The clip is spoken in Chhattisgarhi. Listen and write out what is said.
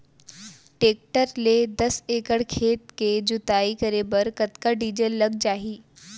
टेकटर ले दस एकड़ खेत के जुताई करे बर कतका डीजल लग जाही?